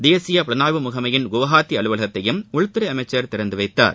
தேசிய புலனாய்வு முகமையின் குவஹாத்தி அலுவலகத்தையும் உள்துறை அமைச்சர் திறந்து வைத்தார்